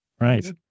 Right